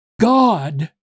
God